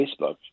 Facebook